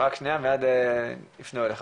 לפני זה אני רוצה להגיד שאם אנחנו נרצה עכשיו לגרום לדג